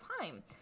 time